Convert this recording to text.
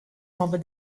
over